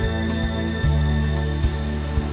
and